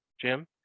jim